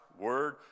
word